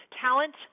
Talent